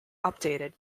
updated